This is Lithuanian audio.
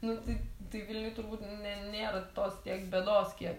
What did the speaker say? nu tai tai vilniuj turbūt n nėra tos tiek bėdos kiek